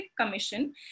Commission